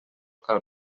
cal